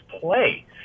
play